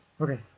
okay